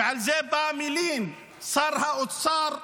ועל זה בא ומלין שר האוצר.